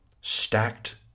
stacked